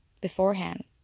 beforehand